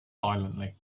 silently